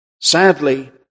sadly